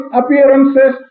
appearances